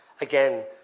Again